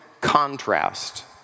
contrast